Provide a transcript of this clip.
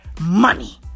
Money